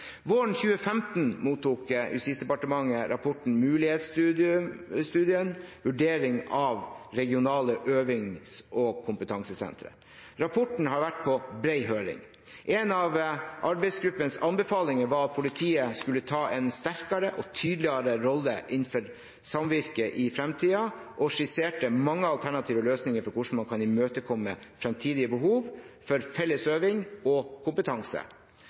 Våren 2015 mottok Justisdepartementet rapporten «Mulighetsstudien – vurdering av regionale øvings- og kompetansesentre». Rapporten har vært på bred høring. En av arbeidsgruppens anbefalinger var at politiet skulle ta en sterkere og tydeligere rolle innenfor samvirke i framtiden, og de skisserte mange alternative løsninger for hvordan man kan imøtekomme framtidige behov for felles øvinger og kompetanse.